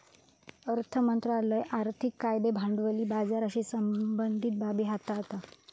अर्थ मंत्रालय आर्थिक कायदे भांडवली बाजाराशी संबंधीत बाबी हाताळता